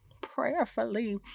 prayerfully